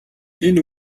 энэ